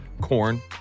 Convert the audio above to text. corn